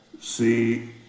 See